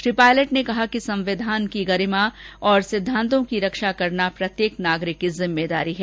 श्री पायलट ने कहा कि संविधान की गरिमा और सिद्धान्तों की रक्षा करना प्रत्येक नागरिक की जिम्मेदारी है